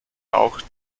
auch